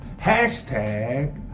hashtag